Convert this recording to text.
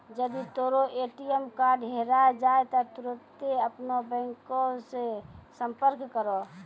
जदि तोरो ATM card हेराय जाय त तुरन्ते अपनो बैंको से संपर्क करो